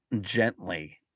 gently